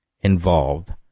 involved